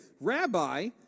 Rabbi